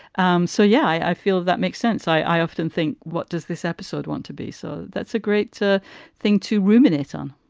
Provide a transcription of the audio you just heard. um so, yeah, i feel that makes sense. i often think what does this episode want to be? so that's a great thing to ruminate on